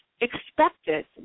expected